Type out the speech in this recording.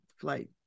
flight